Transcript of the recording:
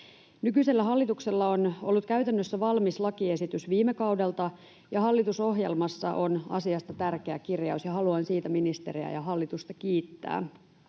Nykyisellä hallituksella on ollut käytännössä valmis lakiesitys viime kaudelta, ja hallitusohjelmassa on asiasta tärkeä kirjaus, ja haluan siitä ministeriä ja hallitusta kiittää.